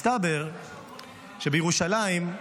מסתבר שבירושלים,